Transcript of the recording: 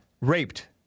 raped